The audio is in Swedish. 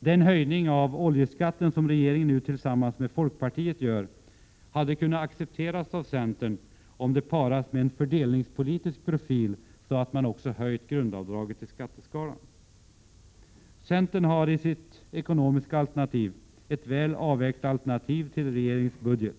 Den höjning av oljeskatten som regeringen nu tillsammans med folkpartiet genomför hade kunnat accepteras av centern, om åtgärden hade parats ihop med en fördelningspolitisk profil som innebär att man också hade höjt grundavdraget i skatteskalan. o Centerns ekonomiska förslag är ett väl avvägt alternativ till regeringens budget.